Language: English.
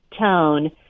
tone